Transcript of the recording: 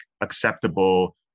acceptable